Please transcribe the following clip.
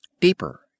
deeper